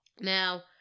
Now